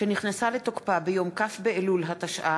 שנכנסה לתוקפה ביום כ' באלול התשע"ה,